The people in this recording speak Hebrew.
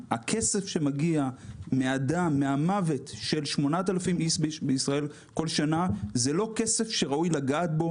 הכסף שמגיע מהמוות של 8,000 איש בישראל כל שנה זה לא כסף שראוי לגעת בו.